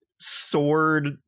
sword